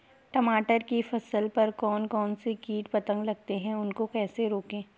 टमाटर की फसल पर कौन कौन से कीट पतंग लगते हैं उनको कैसे रोकें?